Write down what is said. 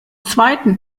zweiten